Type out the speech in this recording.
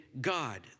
God